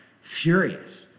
furious